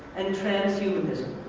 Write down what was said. and transhumanism.